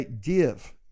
Give